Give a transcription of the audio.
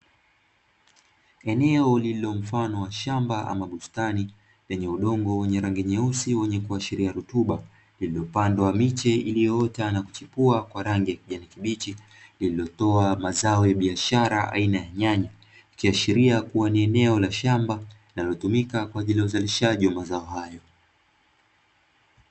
Eneo lililo mfano wa shamba ama bustani, lenye udongo wenye rangi nyeusi wenye kuashiria rutuba, lililopandwa miche iliyoota na kuchipua kwa rangi ya kijani kibichi lililotoa mazao ya biashara aina ya nyanya. Ikiashiria kuwa ni eneo la shamba linalotumika kwa ajili ya uzalishaji wa mazao hayo.